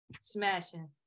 Smashing